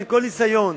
כל ניסיון,